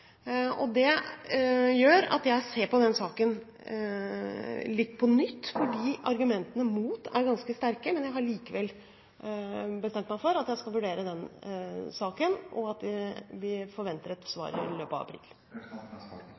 Det gjør at jeg ser på denne saken litt på nytt. Argumentene mot er ganske sterke, men jeg har likevel bestemt meg for at jeg skal vurdere denne saken, og vi forventer et svar i løpet av april.